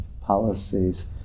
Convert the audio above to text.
policies